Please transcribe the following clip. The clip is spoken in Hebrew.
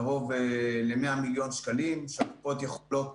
קרוב ל-100 מיליון שקלים שהקופות יכולות